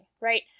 right